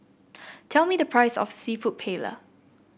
tell me the price of seafood Paella